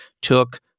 took